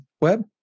web